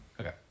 Okay